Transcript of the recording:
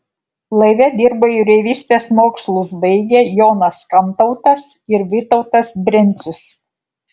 laive dirbo jūreivystės mokslus baigę jonas kantautas ir vytautas brencius